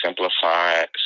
simplified